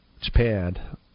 Japan